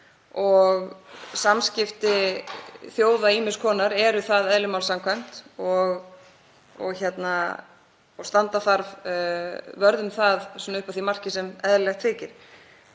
samskipti þjóða ýmiss konar eru það eðli máls samkvæmt og standa þarf vörð um það upp að því marki sem eðlilegt þykir.